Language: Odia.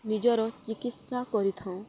ନିଜର ଚିକିତ୍ସା କରିଥାଉ